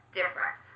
different